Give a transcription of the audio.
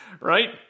right